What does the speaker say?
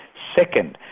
second,